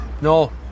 No